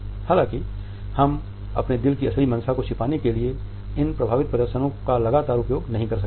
हालाँकि हम अपने दिल की असली मंशा को छिपाने के लिए इन प्रभावित प्रदर्शनो का लगातार उपयोग नहीं कर सकते हैं